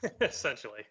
Essentially